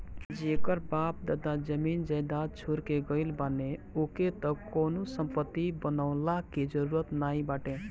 जेकर बाप दादा जमीन जायदाद छोड़ के गईल बाने ओके त कवनो संपत्ति बनवला के जरुरत नाइ बाटे